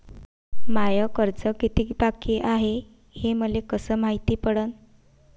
माय कर्ज कितीक बाकी हाय, हे मले कस मायती पडन?